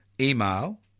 email